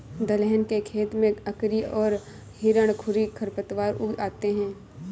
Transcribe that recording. दलहन के खेत में अकरी और हिरणखूरी खरपतवार उग आते हैं